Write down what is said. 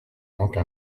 manque